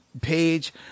page